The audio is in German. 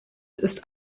ist